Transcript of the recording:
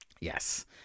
Yes